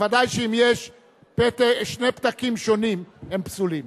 ודאי שאם יש שני פתקים שונים הם פסולים.